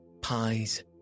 pies